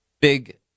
big